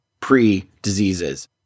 pre-diseases